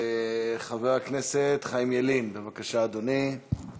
חבר הכנסת חיים ילין, בבקשה, אדוני.